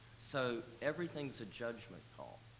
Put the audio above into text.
so everything's a judgment call.